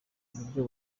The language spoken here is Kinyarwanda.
uburyo